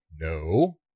No